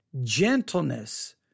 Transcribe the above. gentleness